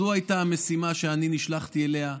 זאת הייתה המשימה שאני נשלחתי אליה.